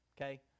okay